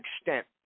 extent